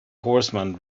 horseman